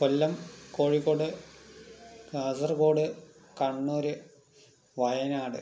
Kollam Kozhikode Kasaragod Kannur Wayanad